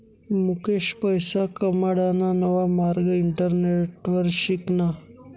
मुकेश पैसा कमाडाना नवा मार्ग इंटरनेटवर शिकना